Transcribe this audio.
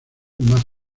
más